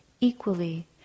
equally